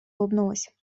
улыбнулась